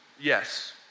Yes